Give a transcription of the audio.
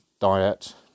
diet